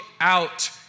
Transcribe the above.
out